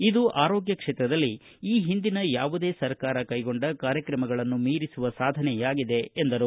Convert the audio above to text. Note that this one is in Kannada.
ಇದು ಆರೋಗ್ಯ ಕ್ಷೇತ್ರದಲ್ಲಿ ಈ ಹಿಂದಿನ ಯಾವುದೇ ಸರ್ಕಾರ ಕೈಗೊಂಡ ಕಾರ್ಯಕ್ರಮಗಳನ್ನು ಮೀರಿಸುವ ಸಾಧನೆಯಾಗಿದೆ ಎಂದರು